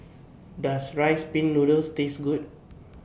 Does Rice Pin Noodles Taste Good